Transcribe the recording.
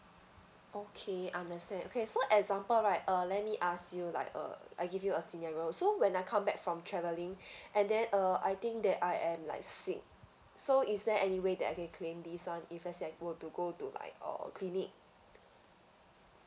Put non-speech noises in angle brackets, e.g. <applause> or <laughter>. okay understand okay so example right uh let me ask you like uh I give you a scenario so when I come back from travelling <breath> and then uh I think that I am like sick so is there anyway that I can claim this [one] if let's say I go to go to like uh clinic